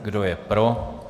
Kdo je pro?